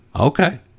Okay